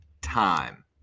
time